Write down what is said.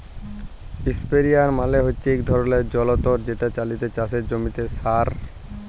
ইসপেরেয়ার মালে হছে ইক ধরলের জলতর্ যেট লিয়ে চাষের জমিতে সার বা জলের মতো তরল পদাথথ ছড়ালো হয়